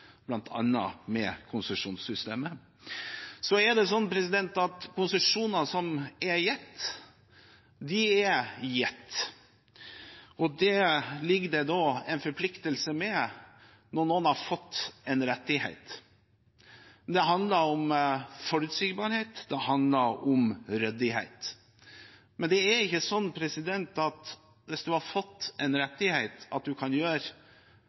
med konsesjonssystemet. Konsesjoner som er gitt, er gitt. Det foreligger en forpliktelse når noen har fått en rettighet. Det handler om forutsigbarhet. Det handler om ryddighet. Men det er ikke sånn, hvis man har fått en rettighet, at man kan gjøre